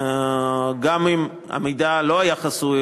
גם אם המידע לא היה חסוי,